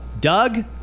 Doug